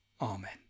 Amen